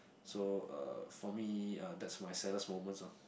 so uh for me uh that's my saddest moment lor